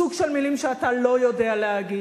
סוג של מלים שאתה לא יודע להגיד.